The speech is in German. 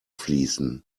fließen